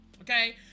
Okay